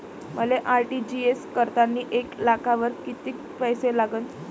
मले आर.टी.जी.एस करतांनी एक लाखावर कितीक पैसे लागन?